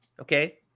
okay